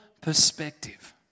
perspective